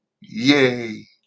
Yay